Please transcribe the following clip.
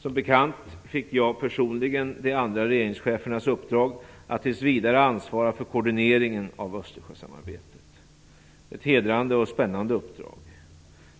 Som bekant fick jag personligen de andra regeringschefernas uppdrag att tills vidare ansvara för koordineringen av Östersjösamarbetet. Det är ett hedrande och spännande uppdrag.